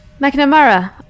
McNamara